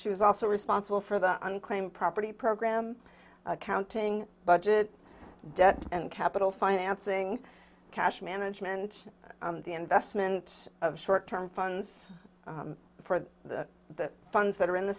she was also responsible for the unclaimed property program accounting budget debt and capital financing cash management the investment of short term funds for the the funds that are in the